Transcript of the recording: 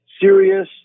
serious